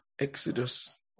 Exodus